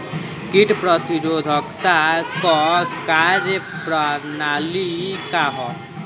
कीट प्रतिरोधकता क कार्य प्रणाली का ह?